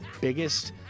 biggest